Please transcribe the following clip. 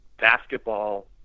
basketball